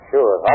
Sure